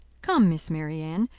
come, miss marianne,